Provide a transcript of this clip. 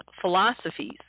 philosophies